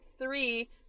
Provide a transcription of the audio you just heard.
Three